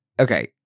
okay